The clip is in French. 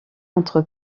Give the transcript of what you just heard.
entre